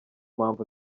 mpamvu